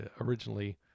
originally